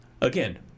Again